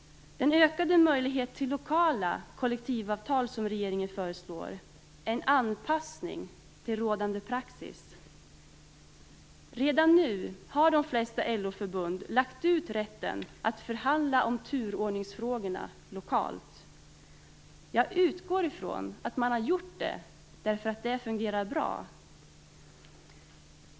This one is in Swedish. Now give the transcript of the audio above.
Den ökade möjlighet till lokala kollektivavtal som regeringen föreslår är en anpassning till rådande praxis. Redan nu har de flesta LO-förbund lagt ut rätten att förhandla om turordningsfrågorna lokalt. Jag utgår från att man har gjort det därför att det fungerar bra.